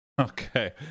Okay